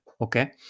okay